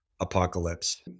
apocalypse